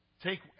Take